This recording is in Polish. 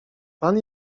pan